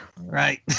Right